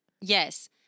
Yes